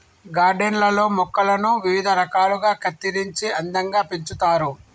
garden లల్లో మొక్కలను వివిధ రకాలుగా కత్తిరించి అందంగా పెంచుతారు